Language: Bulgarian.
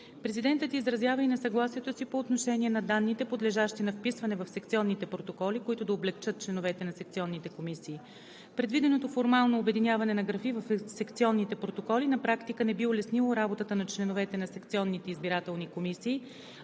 Президентът изразява и несъгласието си и по отношение на данните, подлежащи на вписване в секционните протоколи, които да облекчат членовете на секционните комисии. Предвиденото формално обединяване на графи в секционните протоколи на практика не би улеснило работата на членовете на секционните избирателни комисии,